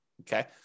Okay